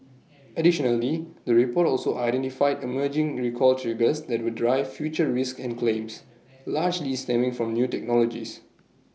additionally the report also identified emerging recall triggers that will drive future risks and claims largely stemming from new technologies